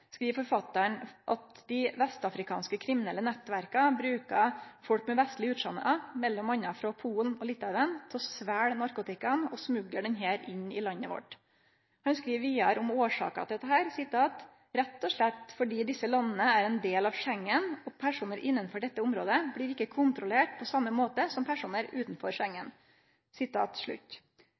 skriv forfattaren at dei vestafrikanske kriminelle nettverka brukar folk med vestleg utsjånad m.a. frå Polen og Litauen til å svelgje narkotikaen og smugle den inn i landet vårt. Han skriv vidare om årsaka til dette: «Rett og slett fordi disse landene er en del av Schengen, og personer innenfor dette området blir ikke kontrollert på samme måte som